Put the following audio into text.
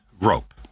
rope